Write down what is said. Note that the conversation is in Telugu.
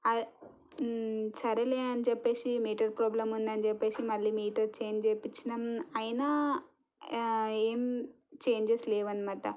సరేలే అని చెప్పేసి మీటర్ ప్రాబ్లం ఉందని చెప్పేసి మళ్ళీ మీటర్ చేంజ్ చేపించాము అయినా ఏం చేంజెస్ లేవన్నమాట